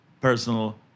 personal